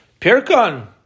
Pirkan